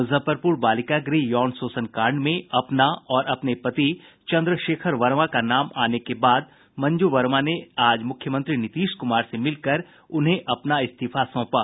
मुजफ्फरपुर बालिका गृह यौन शोषण कांड में अपना और अपने पति चंद्रशेखर वर्मा का नाम आने के बाद मंजू वर्मा ने आज मुख्यमंत्री नीतीश कुमार से मिलकर उन्हें अपना इस्तीफा सौंपा